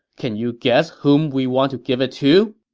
can you guess whom we want to give it to?